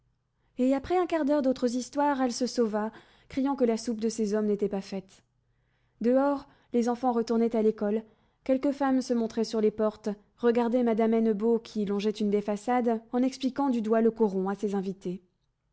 et après un quart d'heure d'autres histoires elle se sauva criant que la soupe de ses hommes n'était pas faite dehors les enfants retournaient à l'école quelques femmes se montraient sur les portes regardaient madame hennebeau qui longeait une des façades en expliquant du doigt le coron à ses invités